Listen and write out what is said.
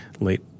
late